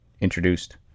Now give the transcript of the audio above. introduced